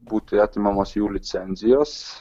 būti atimamos jų licenzijos